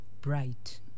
bright